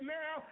now